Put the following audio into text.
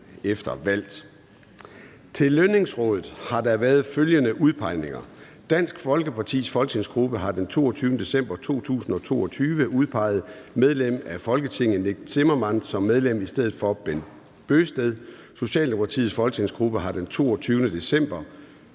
herefter valgt. Til Lønningsrådet har der været følgende udpegninger: Dansk Folkepartis folketingsgruppe har den 22. december 2022 udpeget medlem af Folketinget Nick Zimmermann som medlem af Lønningsrådet i stedet for Bent Bøgsted. Socialdemokratiets folketingsgruppe har den 22. december